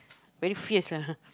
very fierce lah !huh!